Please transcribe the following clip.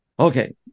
Okay